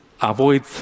avoid